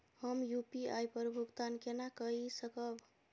हम यू.पी.आई पर भुगतान केना कई सकब?